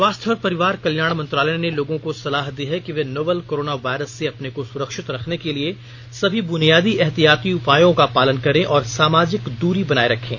स्वास्थ्य और परिवार कल्याण मंत्रालय ने लोगों को सलाह दी है कि वे नोवल कोरोना वायरस से अपने को सुरक्षित रखने के लिए सभी बुनियादी एहतियाती उपायों का पालन करें और सामाजिक दूरी बनाए रखें